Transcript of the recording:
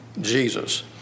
Jesus